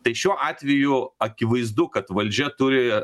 tai šiuo atveju akivaizdu kad valdžia turi